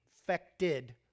Affected